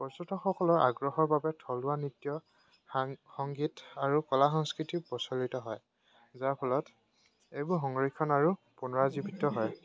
পৰ্যটকসকলৰ আগ্ৰহৰ বাবে থলুৱা নৃত্য সাং সংগীত আৰু কলা সংস্কৃতিও প্ৰচলিত হয় যাৰ ফলত এইবোৰ সংৰক্ষণ আৰু পুনৰাজীৱিত হয়